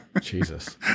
Jesus